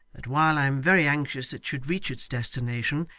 that while i am very anxious it should reach its destination,